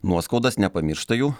nuoskaudas nepamiršta jų